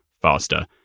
faster